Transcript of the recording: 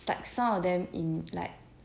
it's like some of them in like